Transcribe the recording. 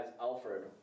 Alfred